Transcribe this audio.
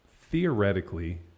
Theoretically